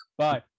bye